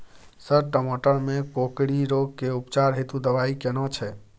Sir टमाटर में कोकरि रोग के उपचार हेतु दवाई केना छैय?